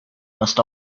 must